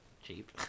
cheap